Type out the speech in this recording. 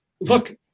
look